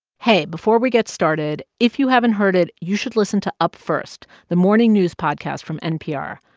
hey, before we get started, if you haven't heard it, you should listen to up first, the morning news podcast from npr.